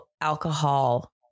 alcohol